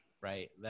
right